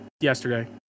yesterday